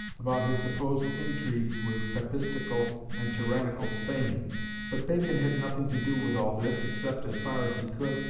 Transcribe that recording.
about his supposed intrigues with papistical and tyrannical spain but bacon had nothing to do with all this except, as far as he could,